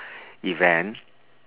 event